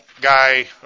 guy